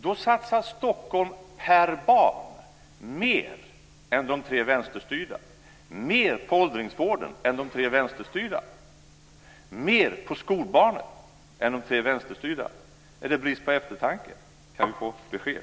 Stockholm satsar mer per barn än de tre vänsterstyrda kommunerna. Stockholm satsar mer på åldringsvården än de tre vänsterstyrda kommunerna. Stockholm satsar mer på skolbarnen än de tre vänsterstyrda kommunerna. Är det brist på eftertanke? Kan vi få ett besked?